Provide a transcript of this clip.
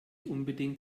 unbedingt